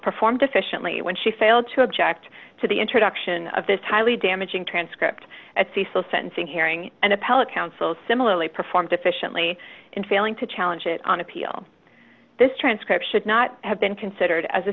performed efficiently when she failed to object to the introduction of this highly damaging transcript at cecil's sentencing hearing and appellate counsel similarly performed efficiently in failing to challenge it on appeal this transcript should not have been considered as a